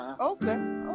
Okay